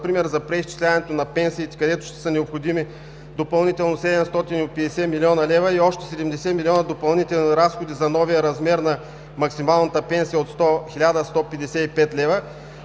например, за преизчисляването на пенсиите, където ще са необходими допълнително 750 млн. лв. и още 70 млн. лв. допълнително разходи за новия размер на максималната пенсия от 1155 лв.,